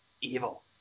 Evil